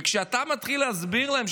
וכשאתה מתחיל להסביר להם,